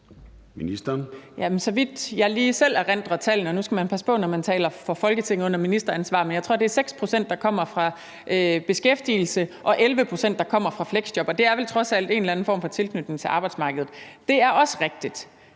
jeg lige erindrer tallene – og nu skal man passe på, når man taler i Folketinget under ministeransvar – tror jeg, det er 6 pct., der kommer fra beskæftigelse, og 11 pct., der kommer fra fleksjob. Og det er vel trods alt en eller anden form for tilknytning til arbejdsmarkedet. Det er også rigtigt,